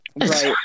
right